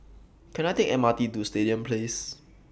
Can I Take The M R T to Stadium Place